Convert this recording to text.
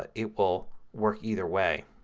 ah it will work either way.